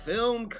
Film